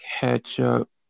ketchup